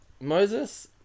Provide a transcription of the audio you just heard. Moses